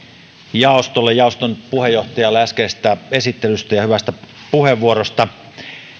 jaostolle jaoston puheenjohtajalle äskeisestä esittelystä ja hyvästä puheenvuorosta